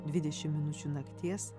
dvidešim minučių nakties